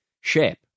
shape